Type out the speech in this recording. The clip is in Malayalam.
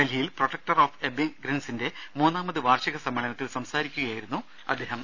ഡൽഹിയിൽ പ്രൊട്ടക്ടർ ഓഫ് എമിഗ്രന്റ്സിന്റെ മൂന്നാമത് വാർഷിക സമ്മേളനത്തിൽ സംസാരിക്കുകയായിരുന്നു അദ്ദേഹം